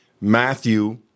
Matthew